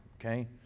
Okay